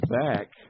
back